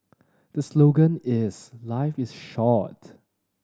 the slogan is life is short